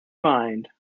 mind